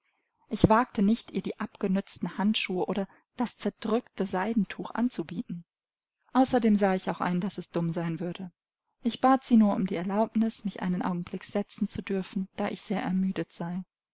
ich wagte nicht ihr die abgenützten handschuhe oder das zerdrückte seidentuch anzubieten außerdem sah ich auch ein daß es dumm sein würde ich bat sie nur um die erlaubnis mich einen augenblick setzen zu dürfen da ich sehr ermüdet sei